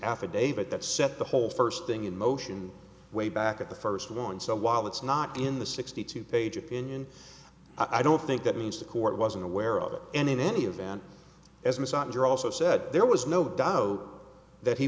affidavit that set the whole first thing in motion way back at the first one so while that's not in the sixty two page opinion i don't think that means the court wasn't aware of it and in any event as an aside you're also said there was no doubt that he